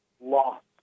lost